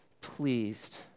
pleased